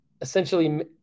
essentially